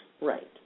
right